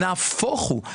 נהפוך הוא.